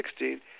2016